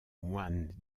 moyne